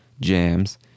jams